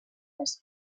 les